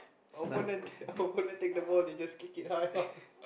opponent take the ball they just kick it high up